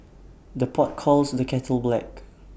the pot calls the kettle black